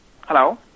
Hello